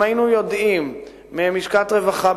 אם היינו יודעים מלשכת רווחה,